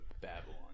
Babylon